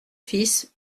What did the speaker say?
fils